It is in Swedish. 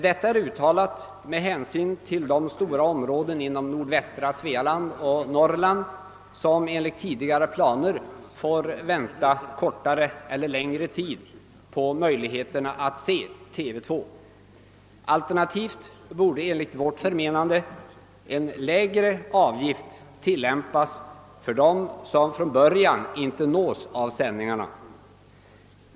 Detta har uttalats med hänsyn till de stora områden inom nordvästra Svealand och Norrland, som enligt tidigare planer får vänta kortare eller längre tid på möjligheterna att se TV 2. Alternativt borde enligt vårt förmenande en lägre avgift tillämpas för dem som från början inte nås av sändningarna.